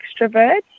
extrovert